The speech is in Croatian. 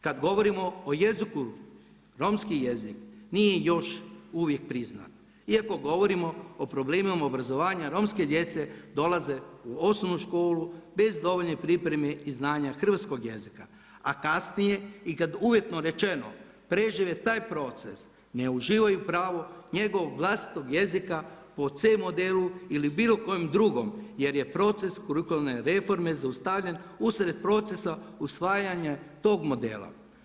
Kada govorimo o jeziku, romski jezik nije još uvijek priznat iako govorimo o problemima obrazovanja romske djece dolaze u osnovnu školu bez dovoljne pripreme i znanja hrvatskoga jezika, a kasnije i kada uvjetno rečeno prežive taj proces ne uživaju pravo njegovog vlastitog jezika po C modelu ili bilo kojem drugom jer je proces kurikularne reforme zaustavljen usred procesa usvajanja tog modela.